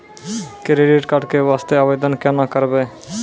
Credit card के वास्ते आवेदन केना करबै?